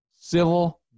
civil